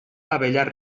abellar